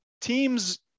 Teams